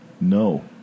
No